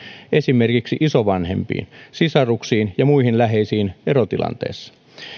esimerkiksi isovanhempiin sisaruksiin ja muihin läheisiin